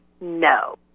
no